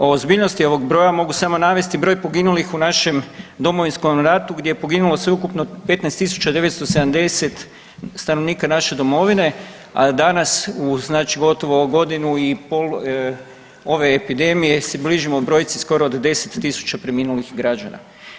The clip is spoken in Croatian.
O ozbiljnosti ovoga broja mogu samo navesti broj poginulih u našem Domovinskom ratu gdje je poginulo sveukupno 15 tisuća 970 stanovnika naše domovine, a danas u znači godinu i pol ove epidemije se bližimo brojci skoro od 10 tisuća preminulih građana.